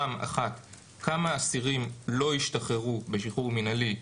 גם כמה אסירים לא השתחררו בשחרור מנהלי,